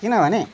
किनभने